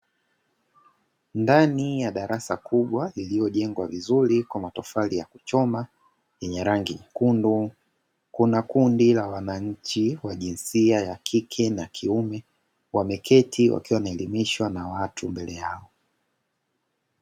Ndani ya darasa kubwa lililojengwa vizuri kwa matofali ya kuchoma yenye rangi nyekundu, kuna kundi la wananchi wa jinsia ya kike na kiume wameketi wakiwa wanaelimishwa na watu mbele yao.